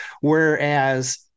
whereas